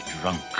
drunk